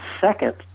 second